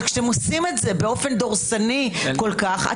אבל כשאתם עושים את זה באופן דורסני כל כך,